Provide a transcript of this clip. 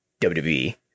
WWE